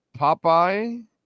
Popeye